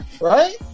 Right